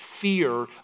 fear